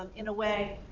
um in a way,